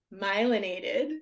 myelinated